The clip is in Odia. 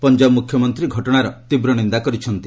ପଞ୍ଜାବ ମୁଖ୍ୟମନ୍ତ୍ରୀ ଘଟଣାର ତୀବ୍ର ନିନ୍ଦା କରିଛନ୍ତି